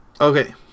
Okay